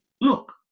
Look